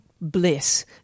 bliss